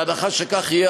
בהנחה שכך יהיה,